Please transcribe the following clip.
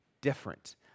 Different